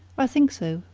i think so,